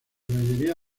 mayoría